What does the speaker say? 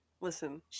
listen